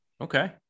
Okay